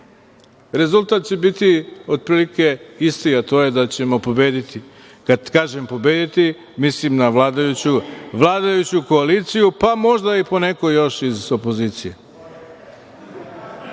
rezultat će biti otprilike isti, a to je da ćemo pobediti. Kad kažem pobediti, mislim na vladajuću koaliciju, pa možda i poneko još iz opozicije.